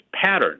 pattern